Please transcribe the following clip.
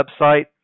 website